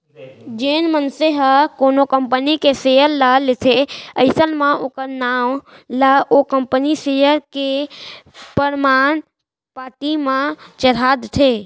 जेन मनसे ह कोनो कंपनी के सेयर ल लेथे अइसन म ओखर नांव ला ओ कंपनी सेयर के परमान पाती म चड़हा देथे